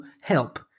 help